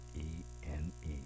E-N-E